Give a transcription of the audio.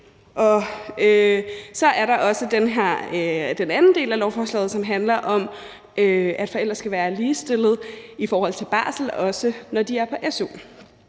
SF. Så er der den anden del af lovforslaget, som handler om, at forældre skal være ligestillede i forhold til barsel, også når de er på su.